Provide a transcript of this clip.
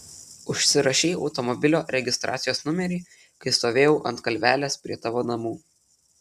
užsirašei automobilio registracijos numerį kai stovėjau ant kalvelės prie tavo namų